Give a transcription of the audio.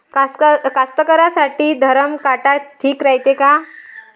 कास्तकाराइसाठी धरम काटा ठीक रायते का?